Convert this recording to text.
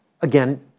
again